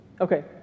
Okay